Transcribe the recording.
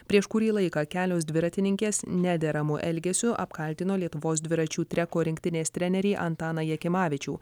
prieš kurį laiką kelios dviratininkės nederamu elgesiu apkaltino lietuvos dviračių treko rinktinės trenerį antaną jakimavičių